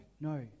no